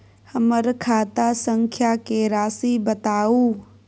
हमर खाता संख्या के राशि बताउ